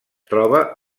troba